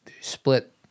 split